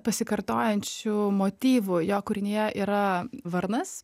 pasikartojančių motyvų jo kūrinyje yra varnas